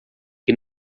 que